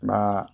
বা